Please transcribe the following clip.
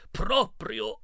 proprio